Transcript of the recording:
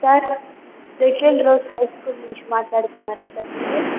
sir little rose high school నుంచి మాట్లాడుతున్నారా sir మీరు